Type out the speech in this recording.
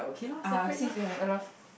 uh since you have a lot of